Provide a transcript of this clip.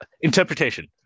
interpretation